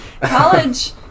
College